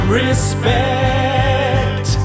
respect